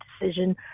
decision